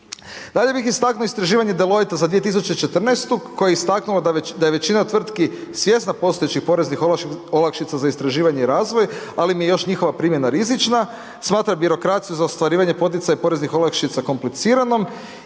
Dalje bih istaknuo istraživanje Deloittea za 2014. koji je istaknuo da je većina tvrtki svjesna postojećih poreznih olakšica za istraživanje i razvoj, ali im je još njihova primjena rizična. Smatra birokraciju za ostvarivanje i poticaj poreznih olakšica kompliciranom